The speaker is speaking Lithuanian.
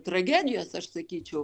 tragedijos aš sakyčiau